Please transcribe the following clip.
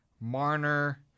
Marner